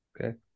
Okay